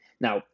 Now